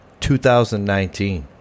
2019